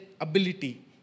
ability